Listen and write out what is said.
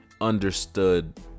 understood